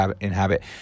inhabit